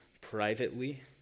privately